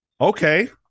Okay